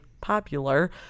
popular